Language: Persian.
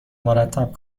مرتب